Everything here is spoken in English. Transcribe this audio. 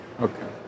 Okay